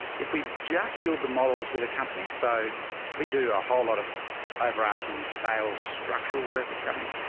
if we just build the models with a company. so we do a whole lot of overarching sales, structural work with companies.